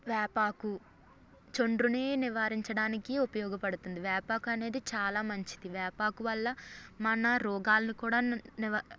వేపాకు చుండ్రుని నివారించడానికి ఉపయోగపడుతుంది వేపాకు అనేది చాలా మంచిది వేపాకు వల్ల మన రోగాలు కూడా నివా